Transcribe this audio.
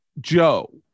Joe